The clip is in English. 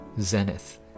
zenith